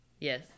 Yes